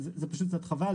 זה פשוט חבל.